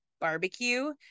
barbecue